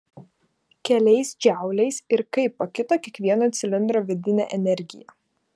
keliais džauliais ir kaip pakito kiekvieno cilindro vidinė energija